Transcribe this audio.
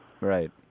Right